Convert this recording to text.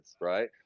right